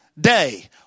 day